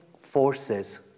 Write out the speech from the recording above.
forces